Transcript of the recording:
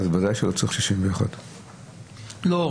ואז בוודאי שלא צריך 61. לא,